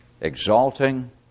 exalting